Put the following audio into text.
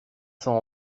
cent